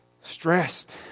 stressed